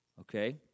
Okay